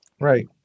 Right